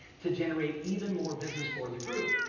to generate even more business for the group.